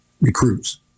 recruits